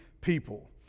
people